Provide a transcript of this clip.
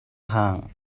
хаан